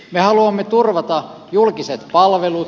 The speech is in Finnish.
me haluamme turvata julkiset palvelut